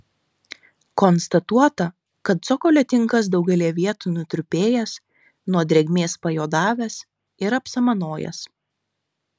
konstatuota kad cokolio tinkas daugelyje vietų nutrupėjęs nuo drėgmės pajuodavęs ir apsamanojęs